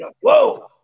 Whoa